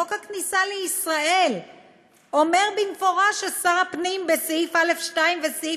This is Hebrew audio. חוק הכניסה לישראל אומר במפורש בסעיף 11(א)(2)